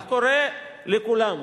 אני קורא לכולם,